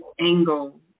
angle